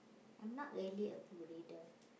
I'm not really a book reader